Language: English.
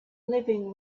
living